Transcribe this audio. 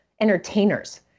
entertainers